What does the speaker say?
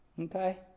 okay